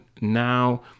now